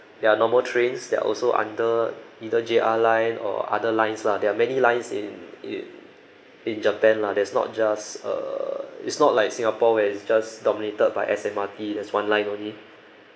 there are normal trains that are also under either J_R line or other lines lah there are many lines in in in japan lah there's not just err it's not like singapore where is just dominated by S_M_R_T there's one line only